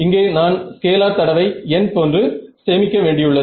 இங்கே நான் ஸ்கேலார் தடவை n போன்று சேமிக்க வேண்டியுள்ளது